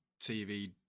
TV